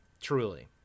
Truly